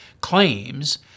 claims